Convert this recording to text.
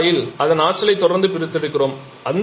இந்த குழாயில் அதன் ஆற்றலை தொடர்ந்து பிரித்தெடுக்கிறோம்